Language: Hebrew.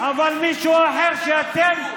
אבל מישהו אחר שאתם,